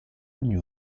new